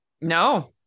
No